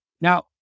Now